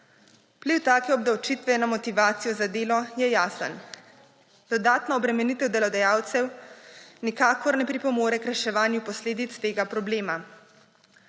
Vpliv take obdavčitve na motivacijo za delo je jasen; dodatna obremenitev delodajalcev nikakor ne pripomore k reševanju posledic tega problema.